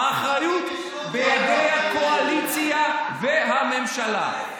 האחריות בידי הקואליציה והממשלה.